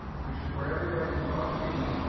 which is where everybody would love to be,